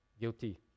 guilty